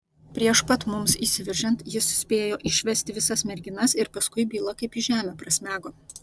prieš pat mums įsiveržiant jis spėjo išvesti visas merginas ir paskui byla kaip į žemę prasmego